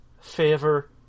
favor